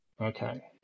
okay